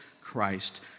Christ